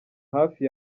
hafi